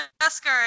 Jessica